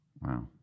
Wow